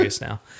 now